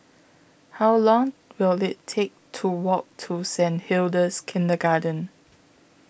How Long Will IT Take to Walk to Saint Hilda's Kindergarten